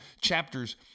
chapters